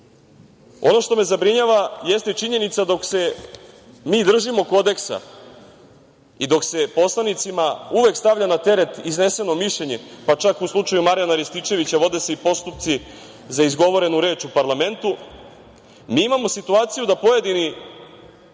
što me zabrinjava jeste i činjenica – dok se mi držimo Kodeksa i dok se poslanicima uvek stavlja na teret izneseno mišljenje, pa čak u slučaju Marijana Rističevića vode se i postupci za izgovorenu reč u parlamentu, mi imamo situaciju da pojedini